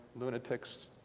lunatics